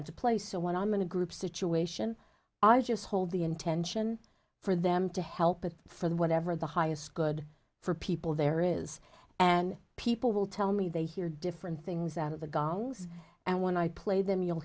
want to play so when i'm in a group situation i just hold the intention for them to help and for whatever the highest good for people there is and people will tell me they hear different things out of the gongs and when i play them you'll